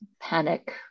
panic